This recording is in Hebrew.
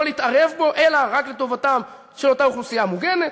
להתערב בו אלא רק לטובת אותה אוכלוסייה מוגנת.